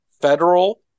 federal